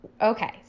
Okay